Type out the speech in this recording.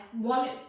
one